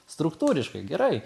struktūriškai gerai